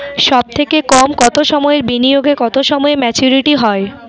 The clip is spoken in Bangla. সবথেকে কম কতো সময়ের বিনিয়োগে কতো সময়ে মেচুরিটি হয়?